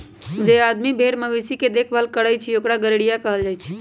जे आदमी भेर मवेशी के देखभाल करई छई ओकरा गरेड़िया कहल जाई छई